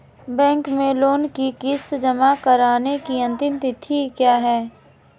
Bank में loan की किश्त जमा कराने की अंतिम तिथि क्या है?